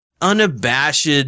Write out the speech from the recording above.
unabashed